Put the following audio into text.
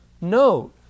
note